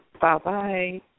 Bye-bye